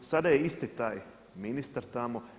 Sada je isti taj ministar tamo.